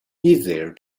easier